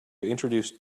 introduce